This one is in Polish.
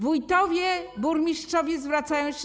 Wójtowie, burmistrzowie zwracają się.